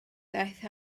ddaeth